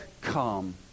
calm